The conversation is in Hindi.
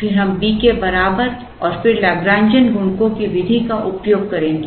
फिर हम B के बराबर और फिर Lagrangian गुणकों की विधि का उपयोग करें